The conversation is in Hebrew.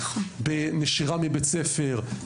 בנשירה מבית הספר,